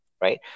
right